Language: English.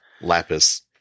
Lapis